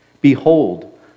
Behold